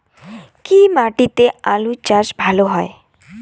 কি মাটিতে আলু চাষ ভালো হয়?